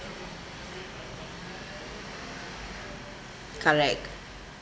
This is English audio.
colleague